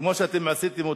כמו שאתם עשיתם אותה,